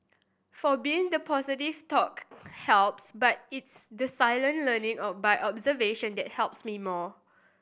for been the positive talk helps but it's the silent learning a by observation that helps me more